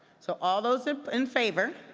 so all those in favor